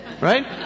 Right